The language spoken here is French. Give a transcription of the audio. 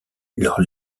leurs